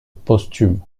posthume